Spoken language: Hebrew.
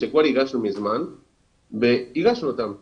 שכבר הגשנו מזמן והגשנו אותם מחדש.